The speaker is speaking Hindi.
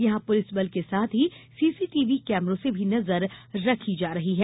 यहां पुलिस बल के साथ ही सीसीटीवी कैमरों से भी नजर रखी जा रही है